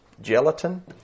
gelatin